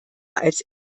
als